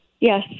Yes